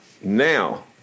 Now